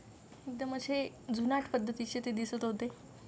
एकदम असे जुनाट पद्धतीचे ते दिसत होते